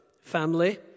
Family